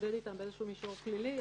להתמודד איתם באיזה שהוא מישור פלילי,